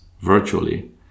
virtually